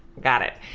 got it.